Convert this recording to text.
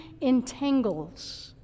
entangles